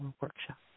workshop